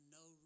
no